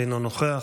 אינו נוכח,